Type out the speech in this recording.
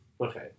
Okay